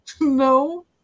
no